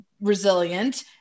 resilient